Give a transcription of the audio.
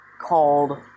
called